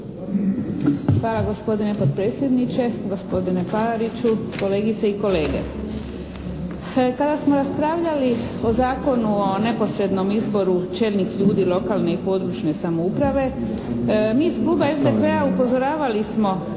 Hvala. Gospodine potpredsjedniče, gospodine Palariću, kolegice i kolege. Kada smo raspravljali o Zakonu o neposrednom izboru čelnih ljudi lokalne i područne samouprave, mi iz kluba SDP-a upozoravali smo